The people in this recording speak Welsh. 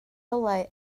olau